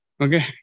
Okay